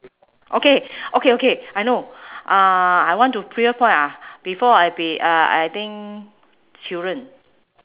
okay okay okay I know uh I want to ah before I be uh I think children